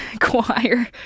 choir